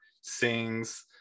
sings